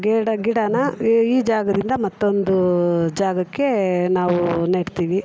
ಗಿಡ ಗಿಡನ ಈ ಜಾಗದಿಂದ ಮತ್ತೊಂದು ಜಾಗಕ್ಕೆ ನಾವು ನೆಡ್ತೀವಿ